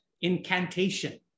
incantation